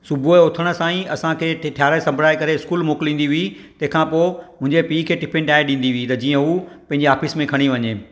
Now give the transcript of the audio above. सुबुह जो उथण सां ई असांखे ठाराहे संबराए करे इस्कूल मोकिलीन्दी हुई तंहिंखां पोइ मुंहिंजे पीउ खे टिफिन ठाहे ॾींदी हुई त जीअं हू पंहिंजे आफीस में खणी वञे